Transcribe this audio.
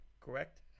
correct